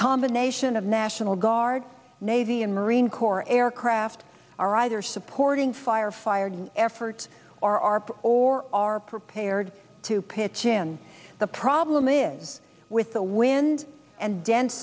combination of national guard navy and marine corps aircraft are either supporting fire fire effort or are or are prepared to pitch in the problem is with the wind and d